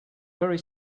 very